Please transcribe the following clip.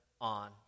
on